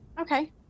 Okay